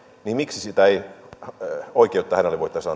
niin miksi sitä oikeutta ei hänelle voitaisi